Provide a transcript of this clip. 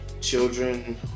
children